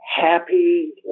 happy